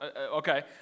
okay